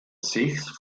sechs